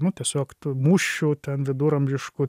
nu tiesiog mūšių ten viduramžiškų